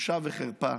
בושה וחרפה.